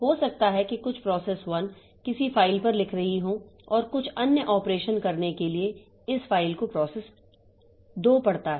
हो सकता है कि कुछ प्रोसेस 1 किसी फाइल पर लिख रही हो और कुछ अन्य ऑपरेशन करने के लिए इस फाइल को प्रोसेस 2 पढता है